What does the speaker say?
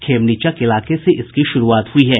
खेमनीचक इलाके से इसकी शुरूआत हुई है